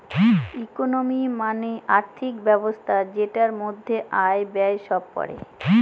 economy মানে আর্থিক ব্যবস্থা যেটার মধ্যে আয়, ব্যয় সব পড়ে